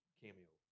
cameo